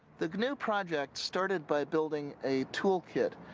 the gnu project started by building a toolkit,